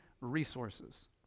resources